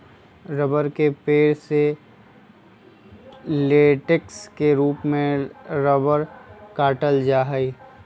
रबड़ के पेड़ से लेटेक्स के रूप में रबड़ काटल जा हई